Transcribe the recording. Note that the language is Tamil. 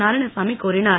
நாராயணசாமி கூறினார்